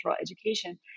education